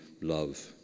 love